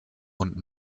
und